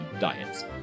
diets